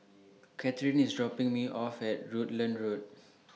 Kathern IS dropping Me off At Rutland Road